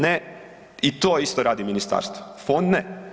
Ne, i to isto radi ministarstvo, fond ne.